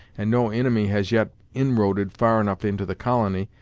and no inimy has yet inroaded far enough into the colony,